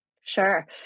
Sure